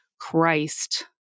Christ